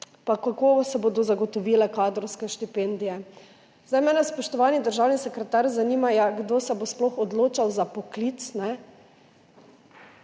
in kako se bodo zagotovile kadrovske štipendije. Spoštovani državni sekretar, zanima me, kdo se bo sploh odločal za poklic, v